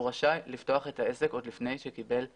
הוא רשאי לפתוח את העסק עוד לפני שקיבל היתר.